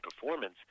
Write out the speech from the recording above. performance